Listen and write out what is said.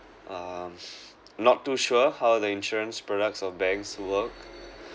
um not too sure how the insurance products of banks work